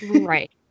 Right